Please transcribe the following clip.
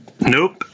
Nope